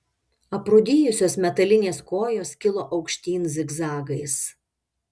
aprūdijusios metalinės kojos kilo aukštyn zigzagais